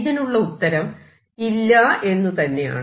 ഇതിനുള്ള ഉത്തരം ഇല്ല എന്ന് തന്നെയാണ്